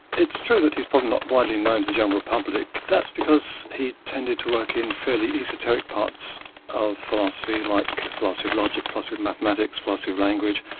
it's true that he's probably not widely known to the general public, that's because he tended to work in fairly esoteric parts of philosophy like philosophy of logic, philosophy of mathematics, philosophy of language.